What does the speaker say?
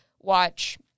watch